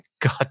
God